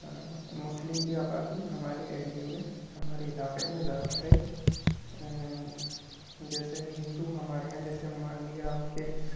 مسلم کی آبادی ہمارے ایریے میں ہمارے علاقے میں زیادہ ہے جیسے ہندو ہمارے یہاں جیسے مان لیا آپ کے